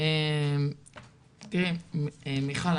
תראי מיכל,